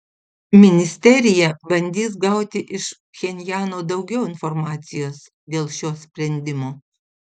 ministerija bandys gauti iš pchenjano daugiau informacijos dėl šio sprendimo